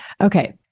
Okay